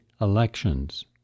elections